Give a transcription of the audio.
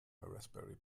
raspberry